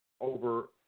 over